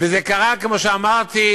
וזה קרה כמו שאמרתי,